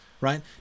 right